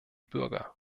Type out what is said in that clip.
bürger